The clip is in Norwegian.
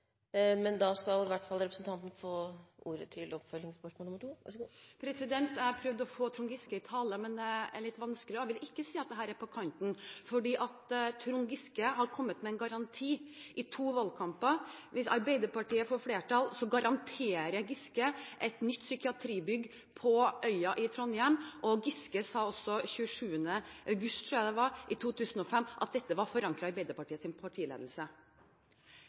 Representanten får nå ordet til tilleggsspørsmål. Jeg har prøvd å få Trond Giske i tale, men det har vært vanskelig, Jeg vil ikke si at spørsmålet mitt er på kanten fordi Trond Giske har kommet med en garanti i to valgkamper. Hvis Arbeiderpartiet fikk flertall, garanterte Giske et nytt psykiatribygg på Øya i Trondheim. Giske sa også – jeg tror det var 27. august 2005 – at dette var forankret i Arbeiderpartiets partiledelse.